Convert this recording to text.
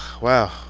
wow